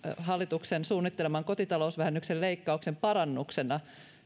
hallituksen suunnitteleman kotitalousvähennyksen leikkauksen parannuksena